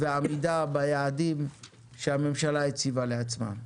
ועמידה ביעדים שהממשלה הציבה לעצמה.